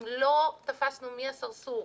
אם לא תפסנו מי הסרסור,